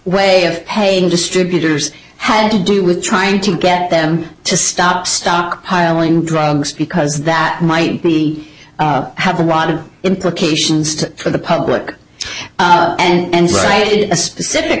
way of paying distributors had to do with trying to get them to stop stockpiling drugs because that might be have a lot of implications to the public and raided a specific